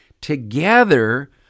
together